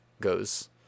goes